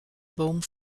boom